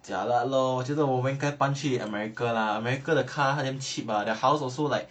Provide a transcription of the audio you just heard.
jialat lor 我觉得我们应该搬去 america lah america 的 car 这样 cheap lah the house also like